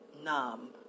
numb